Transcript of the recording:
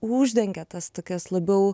uždengia tas tokias labiau